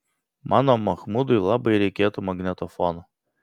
mano machmudui labai reikėtų magnetofono